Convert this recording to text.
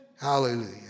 hallelujah